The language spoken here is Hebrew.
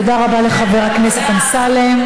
תודה רבה לחבר הכנסת אמסלם.